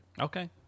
Okay